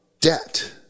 debt